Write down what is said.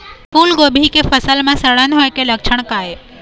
फूलगोभी के फसल म सड़न होय के लक्षण का ये?